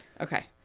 Okay